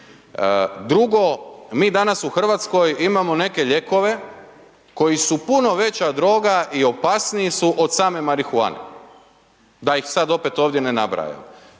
Drugo, mi danas u RH imamo neke lijekove koji su puno veća droga i opasniji su od same marihuane, da ih sad opet ovdje ne nabrajam